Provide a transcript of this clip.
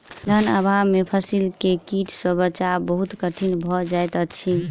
धन अभाव में फसील के कीट सॅ बचाव बहुत कठिन भअ जाइत अछि